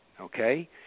Okay